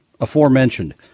aforementioned